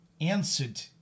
answered